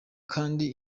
kandi